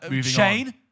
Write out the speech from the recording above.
Shane